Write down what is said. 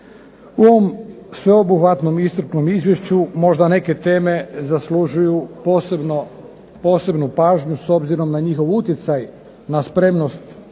U ovom sveobuhvatnom i iscrpnom izvješću možda neke teme zaslužuju posebnu pažnju s obzirom na njihov utjecaj na spremnost